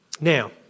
Now